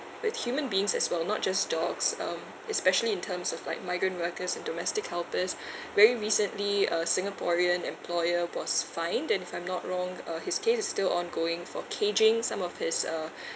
with human beings as well not just dogs um especially in terms of like migrant workers and domestic helpers very recently a singaporean employer was fined and if I'm not wrong uh his case is still ongoing for caging some of his uh